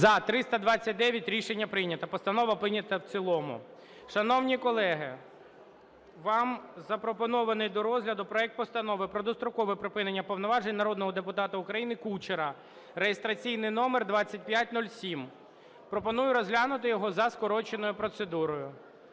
За-329 Рішення прийнято. Постанова прийнята в цілому. Шановні колеги, вам запропонований до розгляду проект Постанови про дострокове припинення повноважень народного депутата України Кучера (реєстраційний номер 2507). Пропоную розглянути його за скороченою процедурою.